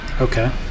okay